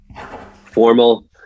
formal